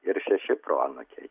ir šeši proanūkiai